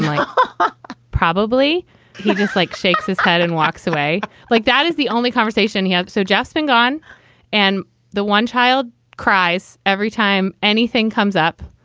like, huh? probably he just like, shakes his head and walks away. like, that is the only conversation he had. so jaspin gone and the one child cries every time anything comes up.